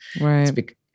Right